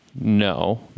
no